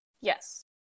Yes